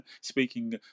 speaking